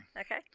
Okay